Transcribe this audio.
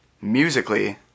musically